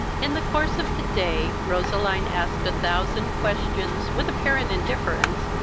in the course of the day, roseline asked a thousand questions, with apparent indifference,